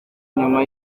nyuma